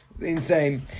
insane